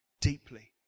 deeply